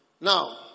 Now